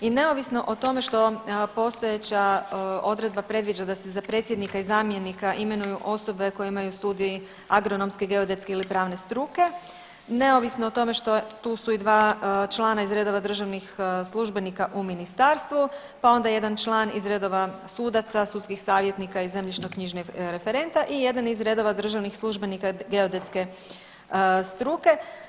I neovisno o tome što postojeća odredba predviđa da se za predsjednika i zamjenika imenuju osobe koje imaju studij agronomske, geodetske ili pravne struke, neovisno o tome što, tu su i dva člana iz redova državnih službenika u ministarstvu, pa onda jedan član iz redova sudaca, sudskih savjetnika i zemljišnoknjižnih referenta i jedan iz redova državnih službenika geodetske struke.